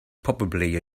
probably